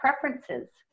preferences